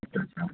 okay sir